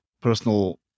personal